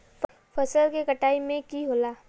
फसल के कटाई में की होला?